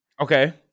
Okay